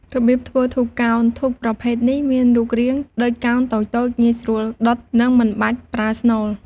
របៀបធ្វើធូបកោណ ធូបប្រភេទនេះមានរូបរាងដូចកោណតូចៗ ងាយស្រួលដុត និងមិនបាច់ប្រើស្នូល។